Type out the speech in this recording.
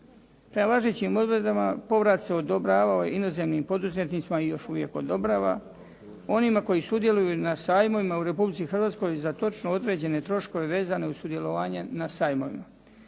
Prema važećim odredbama povrat se odobravao inozemnim poduzetnicima i još uvijek odobrava, onima koji sudjeluju na sajmovima u Republici Hrvatskoj za točno određene troškove vezane uz sudjelovanje na sajmovima.